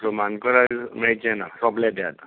so Mankurad मेळचे ना सोंपले ते आतां